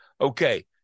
Okay